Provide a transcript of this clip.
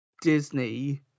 Disney